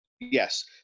Yes